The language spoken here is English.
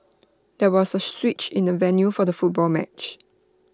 there was A switch in the venue for the football match